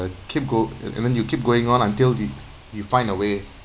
keep go~ and and then you keep going on until you you find a way